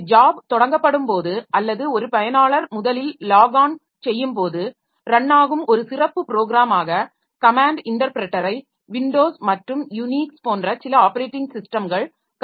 ஒரு ஜாப் தொடங்கப்படும்போது அல்லது ஒரு பயனாளர் முதலில் லாக் ஆன் செய்யும்போது ரன் ஆகும் ஒரு சிறப்பு ப்ரோக்ராமாக கமேன்ட் இன்டர்ப்ரெட்டரை விண்டோஸ் மற்றும் யுனிக்ஸ் போன்ற சில ஆப்பரேட்டிங் ஸிஸ்டம்கள் கருதுகின்றன